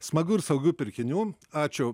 smagių ir saugių pirkinių ačiū